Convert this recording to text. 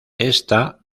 esta